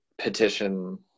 petition